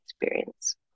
experience